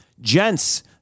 Gents